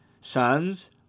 sons